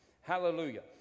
Hallelujah